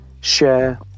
share